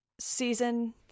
season